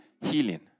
healing